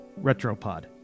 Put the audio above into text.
Retropod